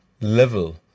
level